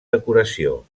decoració